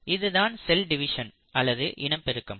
இது தான் cell division அல்லது இனப்பெருக்கம்